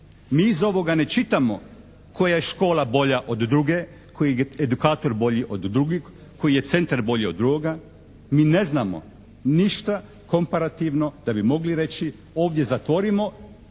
Mi iz ovoga ne čitamo koja je škola bolja od druge, koji je edukator bolji od drugog, koji je centar bolji od drugoga, mi ne znamo ništa komparativno da bi mogli reći, ovdje zatvorimo